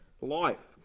life